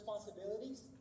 responsibilities